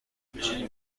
این